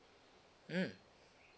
mm